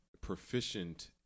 Proficient